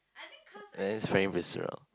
uh that's very visceral